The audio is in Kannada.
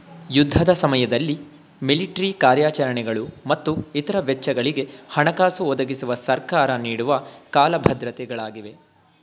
ಯುದ್ಧದ ಸಮಯದಲ್ಲಿ ಮಿಲಿಟ್ರಿ ಕಾರ್ಯಾಚರಣೆಗಳು ಮತ್ತು ಇತ್ರ ವೆಚ್ಚಗಳಿಗೆ ಹಣಕಾಸು ಒದಗಿಸುವ ಸರ್ಕಾರ ನೀಡುವ ಕಾಲ ಭದ್ರತೆ ಗಳಾಗಿವೆ